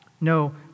No